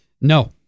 No